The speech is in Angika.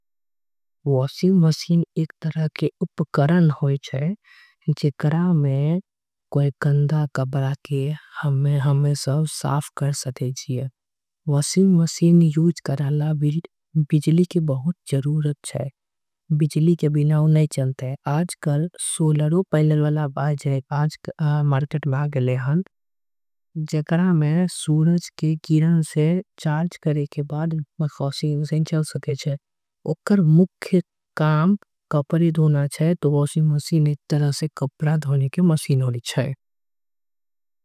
वॉशिंग मशीन एक उपकरण होय जाई छे। जेकरा में कोई गंदा कपड़ा के हम साफ कर। सके छे वॉशिंग मशीन यूज करेला बिजली के। उपयोग करे जाई छे बिजली के बिना ऊ नई। चलते आजकल सोलरो पैनल आ गई ल जेकरा। में सूरज के किरण से चार्ज करे के बाद वॉशिंग। मशीन चल सकय छे एकरा काम कपड़ा धोए छे।